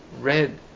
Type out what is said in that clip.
red